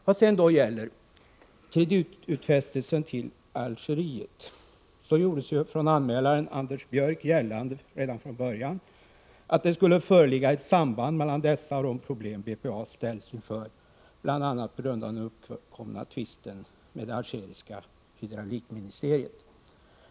ba När det gäller kreditutfästelsen till Algeriet gjordes från anmälaren portallmänt och in Anders Björck gällande redan från början att det skulle föreligga ett Saheriuländer samband mellan denna och de problem som BPA ställts inför bl.a. på grund Samtviss Jedi av den uppkomna tvisten med det algeriska hydraulikministeriet.